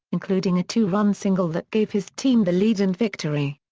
including a two-run single that gave his team the lead and victory.